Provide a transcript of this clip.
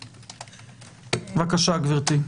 בבקשה, גברתי.